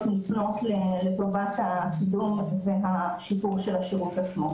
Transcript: מופנות לטובת קידום ושיפור השירות עצמו.